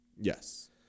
Yes